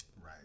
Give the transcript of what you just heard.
Right